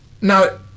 Now